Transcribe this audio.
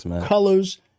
colors